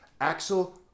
Axel